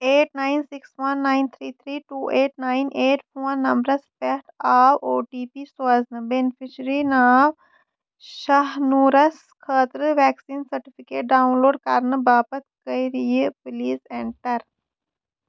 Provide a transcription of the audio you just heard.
eight nine six one nine three three two eight nine eight phone نمبرَس پٮ۪ٹھ آو O T P سوزنہٕ beneficiary ناو شاہ نوٗرَس خٲطرٕ وٮ۪کسیٖن سٔٹِفکیٹ ڈاوُن لوڈ کَرنہٕ باپَتھ کٔرۍ یہِ پٕلیٖز اٮ۪نٹَر